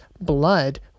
blood